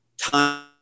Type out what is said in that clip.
time